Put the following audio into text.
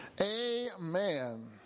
Amen